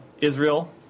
Israel